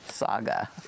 saga